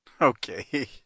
Okay